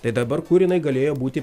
tai dabar kur jinai galėjo būti